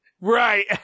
Right